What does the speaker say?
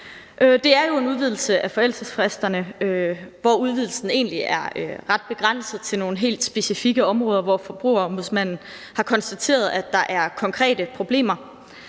jo en udvidelse af forældelsesfristerne, hvor udvidelsen egentlig er ret begrænset til nogle helt specifikke områder, hvor Forbrugerombudsmanden har konstateret, at der er konkrete problemer.